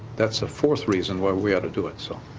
that's the fourth reason why we ought to do it. so